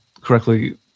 correctly